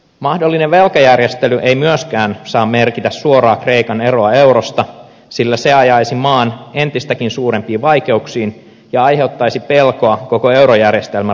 mahdollinen velkajärjestely ei myöskään saa merkitä suoraan kreikan eroa eurosta sillä se ajaisi maan entistäkin suurempiin vaikeuksiin ja aiheuttaisi pelkoa koko eurojärjestelmän rapautumisesta